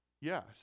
Yes